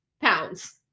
pounds